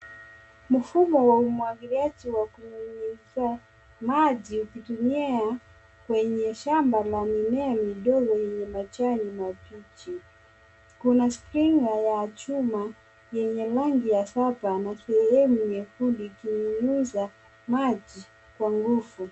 Mfumo wa umwagiliaji wa kunyunyuzia maji ukitumika kwenye shamba la mimea midogo yenye majani mabichi. Kuna sprinkler ya chuma yenye rangi ya shaba na sehemu nyekundu ikinyunyiza maji kwa nguvu.